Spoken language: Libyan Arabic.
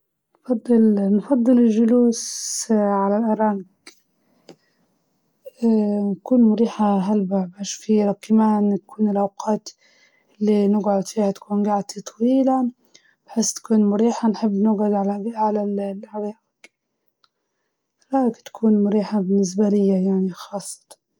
الأرائك أكيد، لإنها بتكون مريحة أكتر، خاصة لما نكون قاعدة نتابع، أو نتكلم مع ناس، فمريحة في الجلسة أكتر من كرسي.